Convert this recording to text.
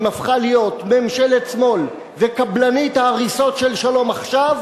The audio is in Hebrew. אם הפכה להיות ממשלת שמאל וקבלנית ההריסות של "שלום עכשיו",